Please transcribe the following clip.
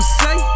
say